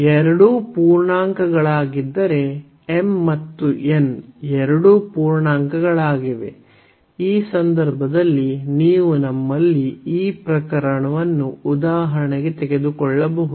ಎರಡೂ ಪೂರ್ಣಾಂಕಗಳಾಗಿದ್ದರೆ m ಮತ್ತು n ಎರಡೂ ಪೂರ್ಣಾಂಕಗಳಾಗಿವೆ ಈ ಸಂದರ್ಭದಲ್ಲಿ ನೀವು ನಮ್ಮಲ್ಲಿ ಈ ಪ್ರಕರಣವನ್ನು ಉದಾಹರಣೆಗೆ ತೆಗೆದುಕೊಳ್ಳಬಹುದು